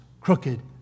crooked